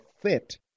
fit